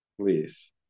please